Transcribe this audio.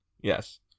Yes